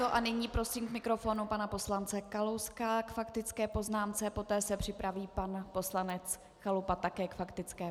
A nyní prosím k mikrofonu pana poslance Kalouska k faktické poznámce, poté se připraví pan poslanec Chalupa také k faktické.